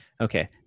Okay